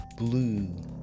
Blue